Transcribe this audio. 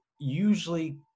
usually